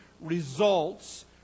results